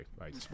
right